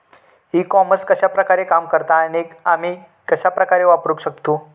E commerce कश्या प्रकारे काम करता आणि आमी कश्या प्रकारे वापराक शकतू?